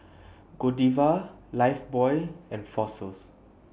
Godiva Lifebuoy and Fossils